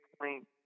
point